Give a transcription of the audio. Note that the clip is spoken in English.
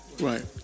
Right